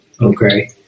okay